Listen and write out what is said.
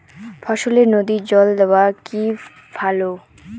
ফসলে নদীর জল দেওয়া কি ভাল?